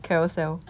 carousell